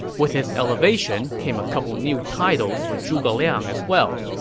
with his elevation came a couple new titles for zhuge liang as well.